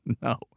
no